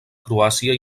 croàcia